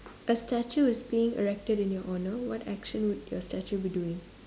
a statue is being erected in your honor what action would your statue be doing